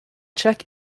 check